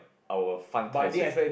our 犯太岁: fan tai sui